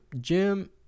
gym